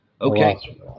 Okay